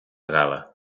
gala